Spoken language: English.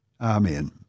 Amen